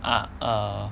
ah err